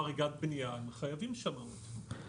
חריגת בנייה חייבים שמאות.